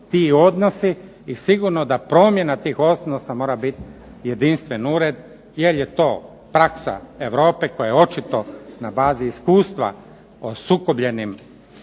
ti odnosi i sigurno da promjena tih odnosa mora biti jedinstven ured jer je to praksa Europe koja je očito na bazi iskustva o sukobljenim